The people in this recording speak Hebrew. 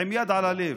עם יד על הלב,